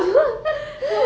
I mean I guess